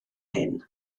hyn